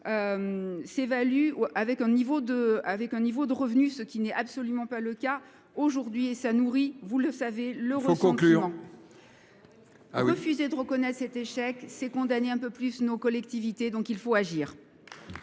s'évalue avec un niveau de revenu, ce qui n'est absolument pas le cas. Aujourd'hui, et ça nourrit, vous le savez, l'eurosentiment. Faut conclure. Refuser conclure. Refuser de reconnaître cet échec, c'est condamner un peu plus nos collectivités, donc il faut agir.